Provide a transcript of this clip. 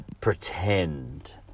pretend